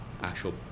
actual